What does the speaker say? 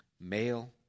male